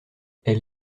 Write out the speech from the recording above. elle